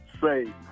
say